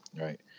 right